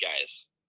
guys